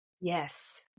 Yes